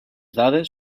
dades